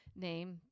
name